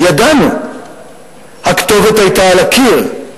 ידענו, הכתובת היתה על הקיר.